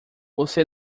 você